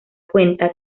cuenta